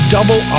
Double